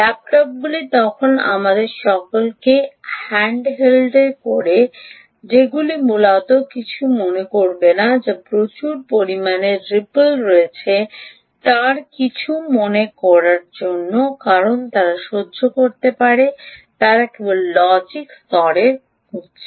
ল্যাপটপগুলি তখন তাদের সকলকে হ্যান্ডহেল্ড করে যেগুলি মূলত কিছু মনে করে না যার মধ্যে প্রচুর পরিমাণে রিপল রয়েছে তারা কিছু মনে করে না কারণ তারা সহ্য করতে পারে তারা কেবল লজিক স্তরের ডানদিকে খুঁজছে